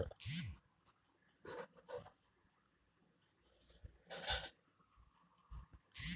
ಪ್ರಾಣಿ ಮತ್ತ ಪಕ್ಷಿಗೊಳ್ದು ರೋಗಗೊಳ್ ಛಲೋ ಮಾಡೋ ಡಾಕ್ಟರಗೊಳಿಗ್ ವೆಟರ್ನರಿ ವೈದ್ಯರು ಅಂತಾರ್